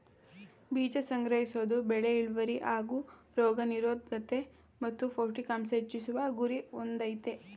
ಬೀಜ ಸಂಗ್ರಹಿಸೋದು ಬೆಳೆ ಇಳ್ವರಿ ಹಾಗೂ ರೋಗ ನಿರೋದ್ಕತೆ ಮತ್ತು ಪೌಷ್ಟಿಕಾಂಶ ಹೆಚ್ಚಿಸುವ ಗುರಿ ಹೊಂದಯ್ತೆ